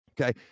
okay